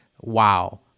wow